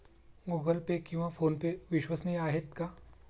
Google Pay किंवा PhonePe विश्वसनीय आहेत का?